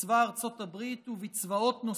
בצבא ארצות הברית ובצבאות נוספים,